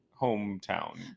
hometown